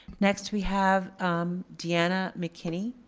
next we have deanna mckinney.